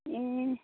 ए